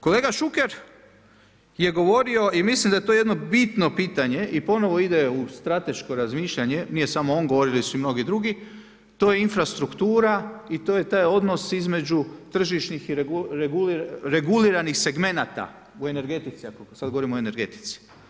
Kolega Šuker je govorio i mislim da je to jedno bitno pitanje i ponovo ide u strateško razmišljanje, nije samo on govorio već su i mnogi drugi, to je infrastruktura i to je taj donos između tržišnih i reguliranih segmenata u energetici, sada govorimo o energetici.